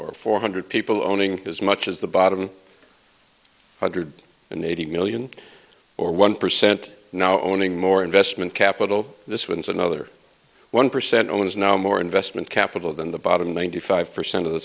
or four hundred people owning as much as the bottom hundred and eighty million or one percent now owning more investment capital this wins another one percent owns now more investment capital than the bottom ninety five percent of the